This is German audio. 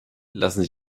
lassen